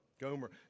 Gomer